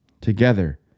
together